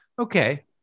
Okay